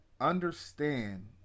understand